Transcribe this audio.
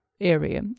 area